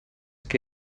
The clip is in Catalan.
que